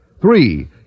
Three